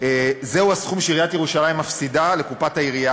זהו הסכום שעיריית ירושלים מפסידה לקופתה,